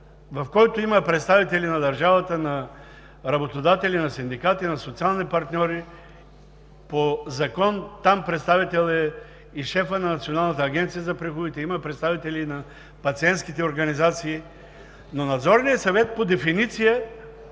в който има представители на държавата, на работодатели, на синдикати, на социални партньори – по закон там представител е и шефът на Националната агенция за приходите, има представители и на пациентските организации, Надзорният съвет по дефиниция